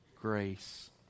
grace